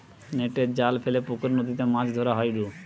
নেটের জাল ফেলে পুকরে, নদীতে মাছ ধরা হয়ঢু